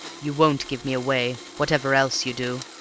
you won't give me away, whatever else you do!